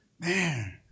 man